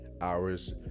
hours